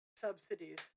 subsidies